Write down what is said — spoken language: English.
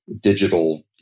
digital